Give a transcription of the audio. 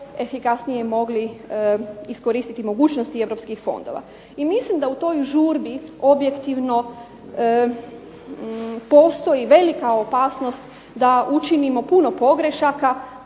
efikasnije mogli iskoristiti mogućnosti europskih fondova. I mislim da u toj žurbi objektivno postoji velika opasnost da učinimo puno pogrešaka,